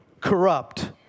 corrupt